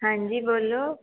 ਹਾਂਜੀ ਬੋਲੋ